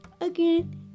again